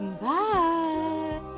Bye